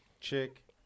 chick